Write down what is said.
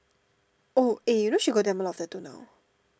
oh eh you know she got damn a lot of tattoo now